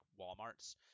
Walmart's